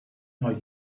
now